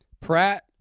Pratt